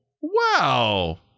Wow